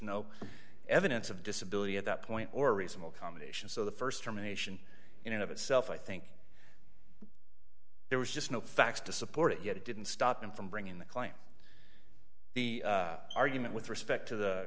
no evidence of disability at that point or reasonable accommodation so the st germination in and of itself i think there was just no facts to support it yet it didn't stop them from bringing the claim the argument with respect to the